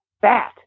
Fat